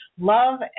Love